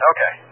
Okay